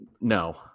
No